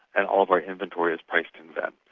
and all of our inventory is priced in ven.